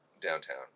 downtown